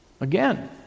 Again